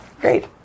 Great